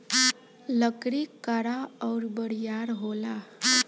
लकड़ी कड़ा अउर बरियार होला